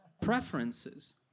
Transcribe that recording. preferences